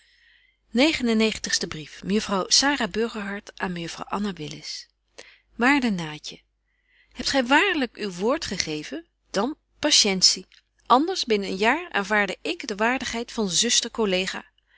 en negentigste brief mejuffrouw sara burgerhart aan mejuffrouw anna willis waarde naatje hebt gy waarlyk uw woord gegeven dan patientie anders binnen een jaar aanvaarde ik de waardigheid van zuster collega